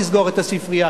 לסגור את הספרייה,